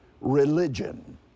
religion